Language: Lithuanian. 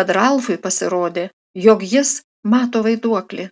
kad ralfui pasirodė jog jis mato vaiduoklį